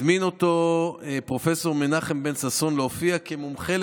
הזמין אותו פרופ' מנחם בן ששון להופיע כמומחה